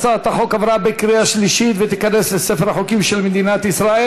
הצעת החוק עברה בקריאה שלישית ותיכנס לספר החוקים של מדינת ישראל.